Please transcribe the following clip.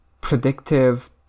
predictive